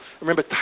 Remember